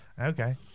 Okay